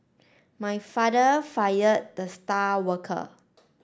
my father fired the star worker